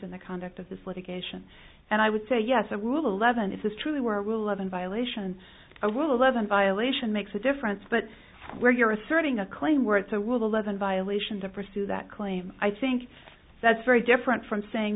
in the conduct of this litigation and i would say yes to rule eleven if this truly were rule of in violation a rule eleven violation makes a difference but where you're asserting a claim where it so will the leaven violation to pursue that claim i think that's very different from saying